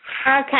Okay